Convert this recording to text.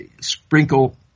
sprinkle